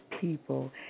people